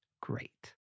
great